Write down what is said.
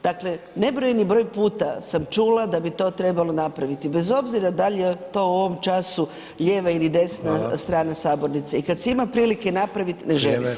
Dakle, nebrojeni broj puta sam čula da bi to trebalo napraviti, bez obzira da li je to u ovom času lijeva ili desna [[Upadica: Hvala.]] strana sabornice i kad se ima prilike napraviti, [[Upadica: Vrijeme, hvala.]] ne želi se.